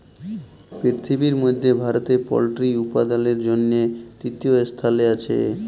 পিরথিবির মধ্যে ভারতে পল্ট্রি উপাদালের জনহে তৃতীয় স্থালে আসে